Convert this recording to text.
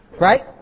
Right